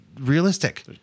realistic